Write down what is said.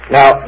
Now